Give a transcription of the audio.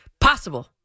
possible